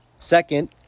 Second